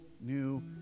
new